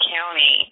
County